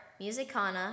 Musicana